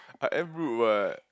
I am rude what